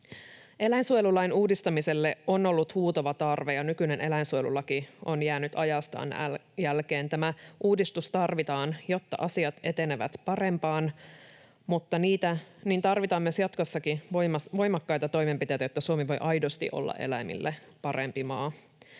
Eläinsuojelulain uudistamiselle on ollut huutava tarve, ja nykyinen eläinsuojelulaki on jäänyt ajastaan jälkeen. Tämä uudistus tarvitaan, jotta asiat etenevät parempaan, mutta niin tarvitaan myös jatkossa voimakkaita toimenpiteitä, jotta Suomi voi aidosti olla eläimille parempi maa.